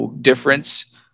difference